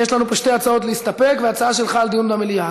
יש לנו פה שתי הצעות להסתפק והצעה שלך לדיון במליאה.